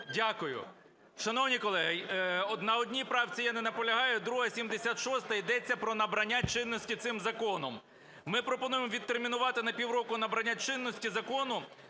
Дякую. Шановні колеги, на одній правці я не наполягаю. Друга – 76-а. Йдеться про набрання чинності цим законом. Ми пропонуємо відтермінувати на півроку набрання чинності закону